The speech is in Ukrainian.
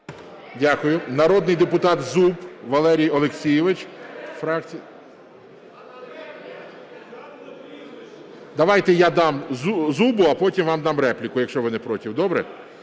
Дякую. Народний депутат Зуб Валерій Олексійович. (Шум у залі) Давайте я дам Зубу, а потім вам дам репліку, якщо ви не проти. Добре?